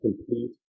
complete